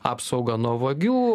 apsaugą nuo vagių